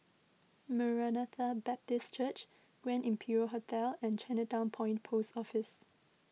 Maranatha Baptist Church Grand Imperial Hotel and Chinatown Point Post Office